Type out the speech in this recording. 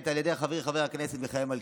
על ידי חברי חבר הכנסת מיכאל מלכיאלי,